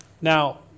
Now